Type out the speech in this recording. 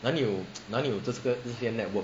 哪里有哪里有这这些 network